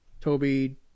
Toby